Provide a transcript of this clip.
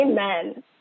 Amen